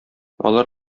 алар